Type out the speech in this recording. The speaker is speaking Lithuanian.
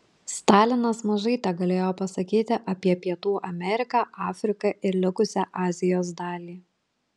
stalinas mažai tegalėjo pasakyti apie pietų ameriką afriką ir likusią azijos dalį